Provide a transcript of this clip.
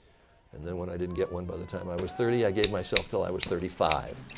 and then when i didn't get one by the time i was thirty, i gave myself till i was thirty five.